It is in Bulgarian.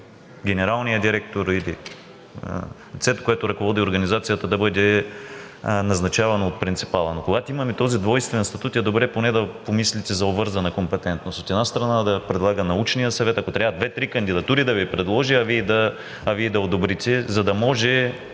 генералният директор или лицето, което ръководи организацията, да бъде назначавано от принципала, но когато имаме този двойствен статут, е добре поне да помислите за обвързана компетентност. От една страна, да предлага научният съвет, ако трябва две-три кандидатури да Ви предложи, а Вие да я одобрите, за да може